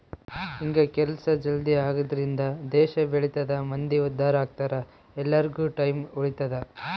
ಹಿಂಗ ಕೆಲ್ಸ ಜಲ್ದೀ ಆಗದ್ರಿಂದ ದೇಶ ಬೆಳಿತದ ಮಂದಿ ಉದ್ದಾರ ಅಗ್ತರ ಎಲ್ಲಾರ್ಗು ಟೈಮ್ ಉಳಿತದ